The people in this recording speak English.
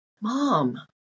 mom